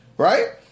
Right